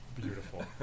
beautiful